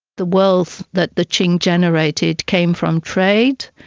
the wealth that the qing generated came from trade,